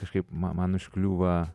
kažkaip ma man užkliūva